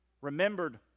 remembered